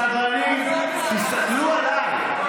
סדרנים, תסתכלו עליי.